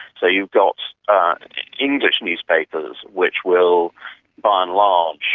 so you've got english newspapers, which will by and large,